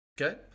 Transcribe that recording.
Okay